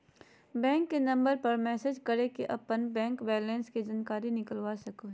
bank के number पर message करके अपन बैंक बैलेंस के जानकारी निकलवा सको हो